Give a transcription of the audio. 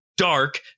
Dark